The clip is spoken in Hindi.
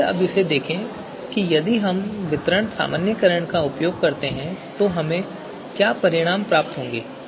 आइए अब देखें कि यदि हम वितरण सामान्यीकरण का उपयोग करते हैं तो हमें क्या परिणाम प्राप्त होंगे